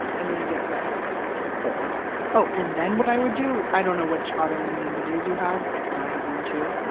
and then you get rubbery cod oh, cod no oh, and then what i would do, i don't know which autoimmune disease you have, because i have one too.